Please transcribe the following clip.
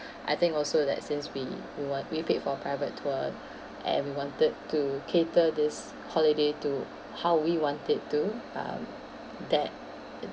I think also that since we we want we paid for private tour and we wanted to cater this holiday to how we wanted to um that